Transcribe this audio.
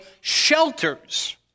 shelters